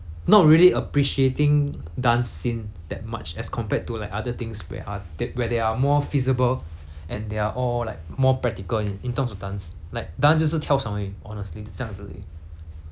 not really appreciating dance scene that much as compared to like other things where are where they are more feasible and they're all like more practical in in terms of dance like dance 就是跳爽而已 honestly 就这样子而已